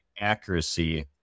accuracy